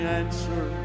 answer